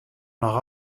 noch